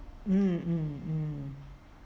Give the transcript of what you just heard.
mm mm mm